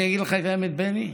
אני אגיד לך את האמת, בני,